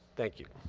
thank you.